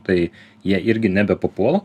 tai jie irgi nebepapuola